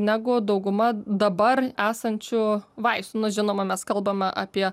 negu dauguma dabar esančių vaistų nu žinoma mes kalbame apie